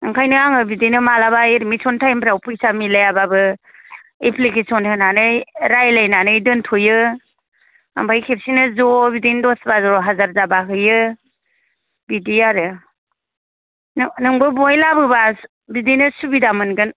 ओंखायनो आङो बिदिनो मालाबा एदमिसन थाइमफोराव फैसा मिलायाबाबो एप्लिकेसन होनानै रायलायनानै दोनथ'यो आंफाय खेबसेनो ज' बिदेनो दस बार' हाजार जाबा हैयो बिदि आरो नोंबो बहाय लाबोबा बिदिनो सुबिदा मोनगोन